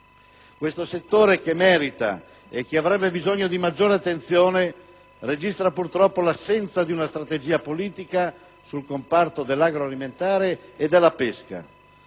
Questo settore, che merita e che avrebbe bisogno di maggiore attenzione, registra purtroppo l'assenza di una strategia politica sui comparti dell'agroalimentare e della pesca.